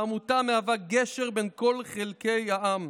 העמותה מהווה גשר בין כל חלקי העם,